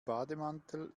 bademantel